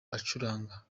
acuranga